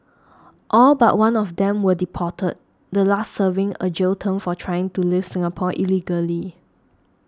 all but one of them were deported the last serving a jail term for trying to leave Singapore illegally